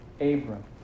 Abram